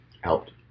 helped